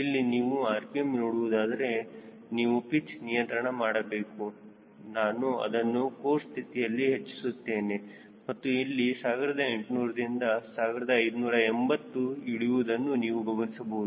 ಇಲ್ಲಿ ನೀವು rpm ನೋಡುವುದಾದರೆ ನೀವು ಪಿಚ್ ನಿಯಂತ್ರಣ ನೋಡಬೇಕು ನಾನು ಅದನ್ನು ಕೋರ್ಸ್ ಸ್ಥಿತಿಯಲ್ಲಿ ಹೆಚ್ಚಿಸುತ್ತಿದ್ದೇನೆ ಮತ್ತು ಇಲ್ಲಿ 1800 ದಿಂದ 1580ಗೆ ಇಳಿಯುವುದನ್ನು ನೀವು ಗಮನಿಸಬಹುದು